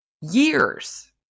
years